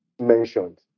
mentioned